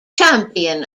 champion